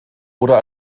oder